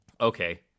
Okay